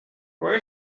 where